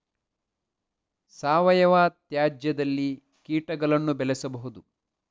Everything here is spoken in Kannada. ಸಾವಯವ ತ್ಯಾಜ್ಯದಲ್ಲಿ ಕೀಟಗಳನ್ನು ಬೆಳೆಸಬಹುದು